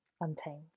Untamed